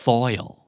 Foil